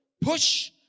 push